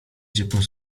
ciepłem